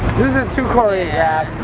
this is too choreographed.